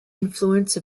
influence